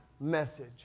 message